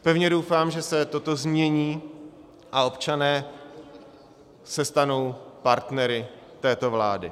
Pevně doufám, že se toto změní a občané se stanou partnery této vlády.